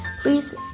Please